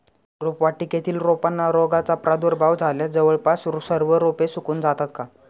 रोपवाटिकेतील रोपांना रोगाचा प्रादुर्भाव झाल्यास जवळपास सर्व रोपे सुकून जातात का?